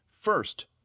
First